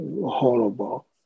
horrible